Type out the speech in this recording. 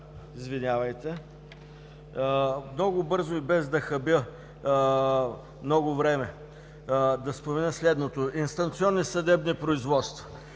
оратори много бързо и без да хабя много време да спомена следното. Инстанционни съдебни производства: